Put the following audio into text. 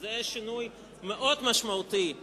זה שינוי מאוד משמעותי בחוק,